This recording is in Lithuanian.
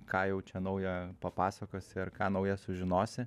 ką jau čia nauja papasakosi ar ką nauja sužinosi